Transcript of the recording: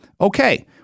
Okay